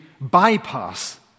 bypass